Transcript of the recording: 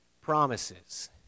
promises